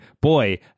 boy